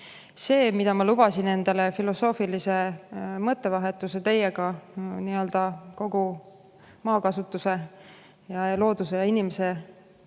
See, mida ma lubasin endale, filosoofiline mõttevahetus teiega kogu maakasutuse ning looduse ja inimese